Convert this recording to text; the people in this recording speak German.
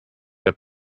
der